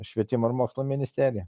švietimo ir mokslo ministerija